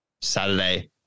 Saturday